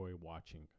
watching